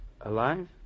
Alive